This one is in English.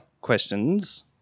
questions